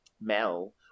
Mel